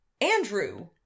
Andrew